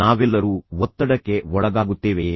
ನಾವೆಲ್ಲರೂ ಒತ್ತಡಕ್ಕೆ ಒಳಗಾಗುತ್ತೇವೆಯೇ